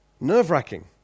nerve-wracking